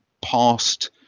past